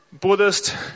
Buddhist